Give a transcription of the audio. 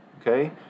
okay